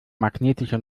magnetische